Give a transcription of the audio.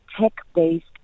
tech-based